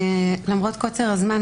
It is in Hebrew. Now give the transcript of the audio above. למרות קוצר הזמן,